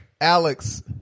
Alex